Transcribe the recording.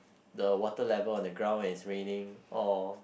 the water level on the ground when it's raining or